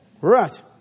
Right